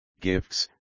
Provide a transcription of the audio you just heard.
gifts